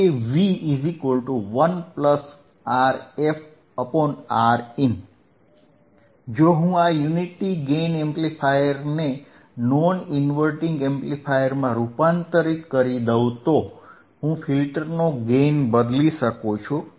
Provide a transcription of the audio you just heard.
Av 1RfRin જો હું આ યુનિટી ગેઇન એમ્પ્લીફાયરને નોન ઇન્વર્ટીંગ એમ્પ્લીફાયરમાં રૂપાંતરિત કરી દઉ તો હું ફિલ્ટરનો ગેઇન બદલી શકું છું